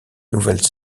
nouvelle